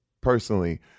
personally